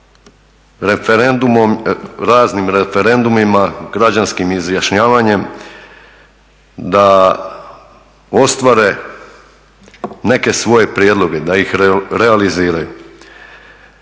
raznim referendumima, građanskim izjašnjavanjem da ostvare neke svoje prijedloge da ih realiziraju.